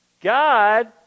God